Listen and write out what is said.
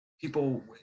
people